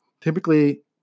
typically